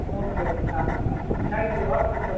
okay okay चालेल चालेल thank you हां खूप